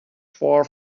far